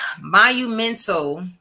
monumental